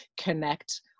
connect